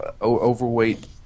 overweight